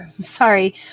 sorry